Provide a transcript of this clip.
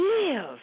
live